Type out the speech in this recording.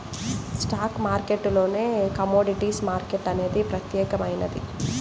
stock మార్కెట్టులోనే commodities market అనేది ప్రత్యేకమైనది